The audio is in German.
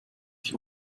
sich